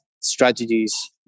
strategies